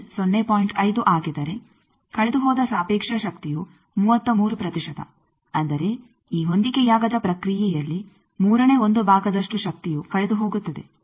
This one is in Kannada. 5 ಆಗಿದ್ದರೆ ಕಳೆದುಹೋದ ಸಾಪೇಕ್ಷ ಶಕ್ತಿಯು 33 ಪ್ರತಿಶತ ಅಂದರೆ ಈ ಹೊಂದಿಕೆಯಾಗದ ಪ್ರಕ್ರಿಯೆಯಲ್ಲಿ ಮೂರನೇ ಒಂದು ಭಾಗದಷ್ಟು ಶಕ್ತಿಯು ಕಳೆದುಹೋಗುತ್ತದೆ